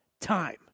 time